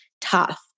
tough